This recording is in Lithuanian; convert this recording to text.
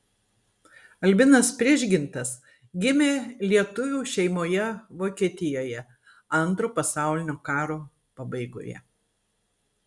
albinas prižgintas gimė lietuvių šeimoje vokietijoje antro pasaulinio karo pabaigoje